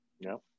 No